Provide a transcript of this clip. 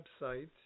website